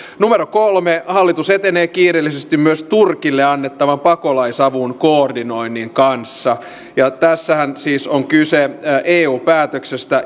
kolme hallitus etenee kiireellisesti myös turkille annettavan pakolaisavun koordinoinnin kanssa ja tässähän siis on kyse eu päätöksestä